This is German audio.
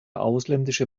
ausländische